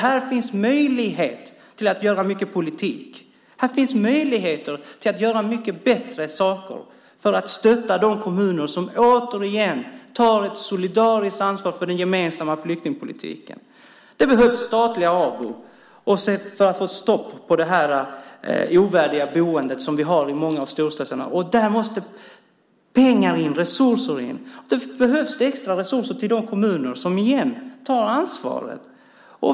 Här finns alltså möjligheter till många politiska åtgärder. Här finns möjligheter att göra mycket bättre saker för att stötta de kommuner som - återigen - tar ett solidariskt ansvar för den gemensamma flyktingpolitiken. Det behövs statliga ABO:n för att få stopp på det ovärdiga boende som vi har i många av storstäderna, och därför måste det till pengar. Det behövs extra resurser till de kommuner som tar ansvar.